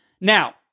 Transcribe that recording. Now